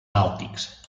bàltics